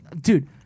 dude